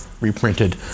reprinted